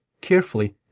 carefully